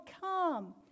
come